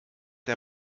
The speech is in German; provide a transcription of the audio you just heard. der